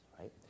right